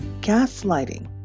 gaslighting